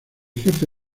jefe